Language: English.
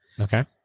okay